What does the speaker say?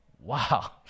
Wow